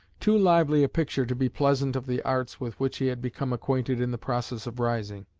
too lively a picture to be pleasant of the arts with which he had become acquainted in the process of rising.